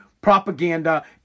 propaganda